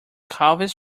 calves